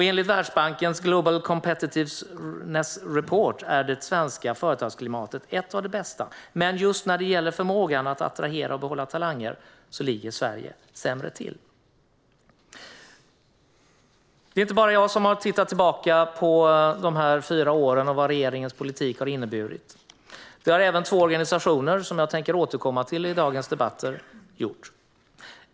Enligt Världsbankens Global Competitiveness Report är det svenska företagsklimatet ett av de bästa, men just när det gäller förmågan att attrahera och behålla talanger ligger Sverige sämre till. Det är inte bara jag som har tittat tillbaka på de fyra åren och vad regeringens politik har inneburit. Det har även två organisationer, som jag tänker återkomma till i dagens debatter, gjort.